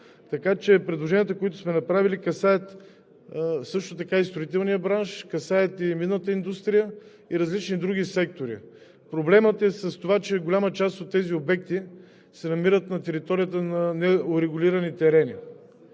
фиск. Предложенията, които сме направили, касаят също така и строителния бранш, касаят и минната индустрия, и различни други сектори. Проблемът е в това, че голяма част от тези обекти се намират на територията на неурегулирани терени